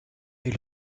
est